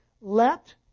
let